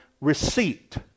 receipt